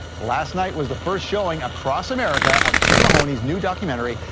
last night was the first showing across america of tim mahoney's new documentary,